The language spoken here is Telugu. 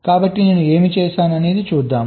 కాబట్టి నేను ఏమి చేసాను చూద్దాం